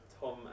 Tom